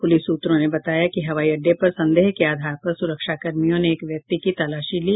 police सूत्रों ने बताया कि हवाईअड्डे पर संदेह के आधार पर सुरक्षाकर्मियों ने एक व्यक्ति की तलाशी ली